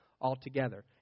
altogether